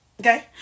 okay